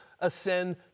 ascend